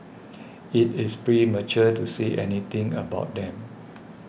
it is premature to say anything about them